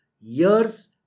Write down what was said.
years